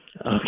Okay